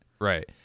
Right